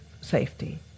safety